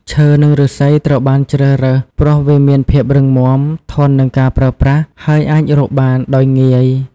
ឈើនិងឫស្សីត្រូវបានជ្រើសរើស ព្រោះវាមានភាពរឹងមាំ ធន់នឹងការប្រើប្រាស់ ហើយអាចរកបានដោយងាយ។